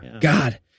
God